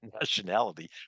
nationality